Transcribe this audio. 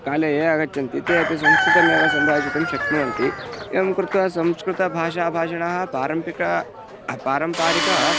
काले ये आगच्छन्ति ते अपि संस्कृतमेव सम्भाषितुं शक्नुवन्ति एवं कृत्वा संस्कृतभाषाभाषिणाः पारम्परिका पारम्परिकायाः